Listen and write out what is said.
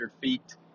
feet